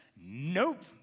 Nope